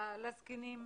לזקנים.